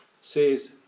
says